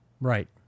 right